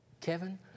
Kevin